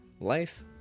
life